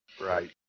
Right